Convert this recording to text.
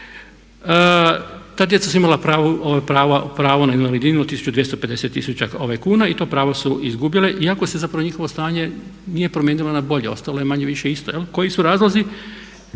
Ta djeca su imala pravo na invalidninu od 1250 kuna i to pravo su izgubile iako se zapravo njihovo stanje nije promijenilo na bolje, ostalo je manje-više isto. Koji su razlozi?